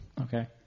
Okay